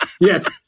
Yes